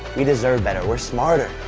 we deserve better. we're smarter.